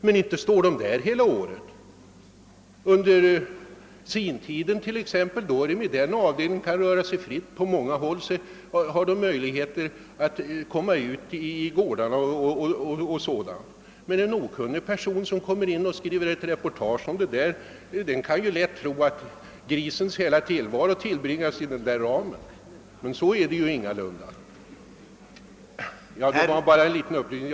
Men inte står de där hela året utan under sintiden t.ex. kan de röra sig fritt i sina boxar eller t.o.m. få möjlighet att komma ut i rastgårdar i det fria. En okunnig person som kommer dit för att skriva ett reportage kan naturligtvis lätt tro att grisens hela tillvaro tillbringas i denna ram, men så är ingalunda fallet. Detta var bara en liten upplysning.